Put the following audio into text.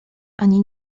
ani